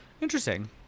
Interesting